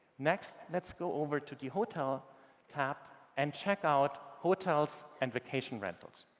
next, let's go over to the hotel tab and check out hotels and vacation rentals.